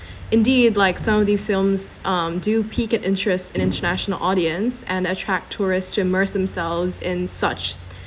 indeed like some of these films um do pique an interests in international audience and attract tourists to immerse themselves in such